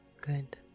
good